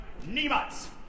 niemals